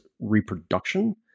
reproduction